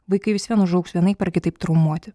vaikai vis vien užaugs vienaip ar kitaip traumuoti